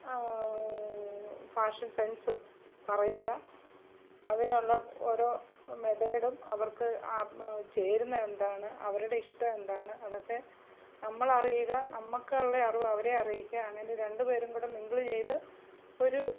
fashion sense പറയുക അതിനുള്ള ഓരോ മെഥേഡും അവർക്ക് ചേരുന്ന എന്താണ് അവരുടെ ഇഷ്ടം എന്താണ് അതൊക്കെ നമ്മളറിയുക നമുക്കുള്ള അറിവ് അവരെ അറിയിക്കുക അങ്ങനെ രണ്ട് പേരും കൂടെ മിൻഗ്ലു ചെയ്ത് ഒരു